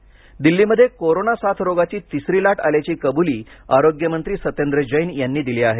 corona लाट दिल्लीमध्ये corona साथरोगाची तिसरी लाट आल्याची कबुली आरोग्यमंत्री सत्येंद्र जैन यांनी दिली आहे